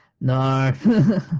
No